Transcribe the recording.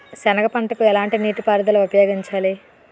సెనగ పంటకు ఎలాంటి నీటిపారుదల ఉపయోగించాలి?